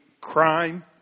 crime